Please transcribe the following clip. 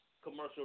commercial